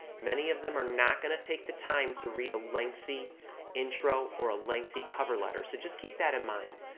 many of them are not going to take the time to read a lengthy intro or a lengthy cover letter, so just keep that in mind.